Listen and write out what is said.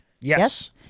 Yes